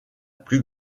plus